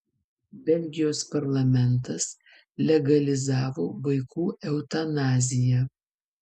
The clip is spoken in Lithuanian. belgijos parlamentas legalizavo vaikų eutanaziją